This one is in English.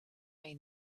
may